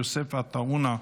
חבר הכנסת יוסף עטאונה,